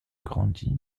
grandi